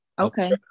Okay